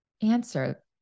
answer